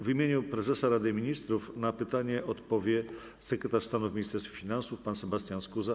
W imieniu prezesa Rady Ministrów na pytanie odpowie sekretarz stanu w Ministerstwie Finansów pan Sebastian Skuza.